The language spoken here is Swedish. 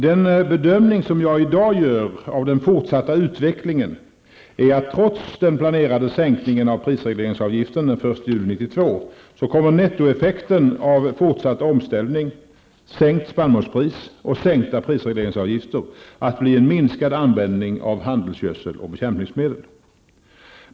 Den bedömning som jag i dag gör av den fortsatta utvecklingen är att trots den planerade sänkningen av prisregleringsavgiften den 1 juli 1992 kommer nettoeffekten av fortsatt omställning, sänkt spannmålspris och sänkta prisregleringsavgifter att bli en minskad användning av handelsgödsel och bekämpningsmedel.